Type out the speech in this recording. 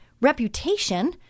reputation